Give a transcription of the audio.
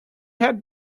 had